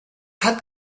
hat